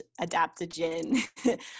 adaptogen